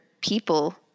people